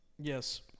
yes